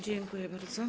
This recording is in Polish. Dziękuję bardzo.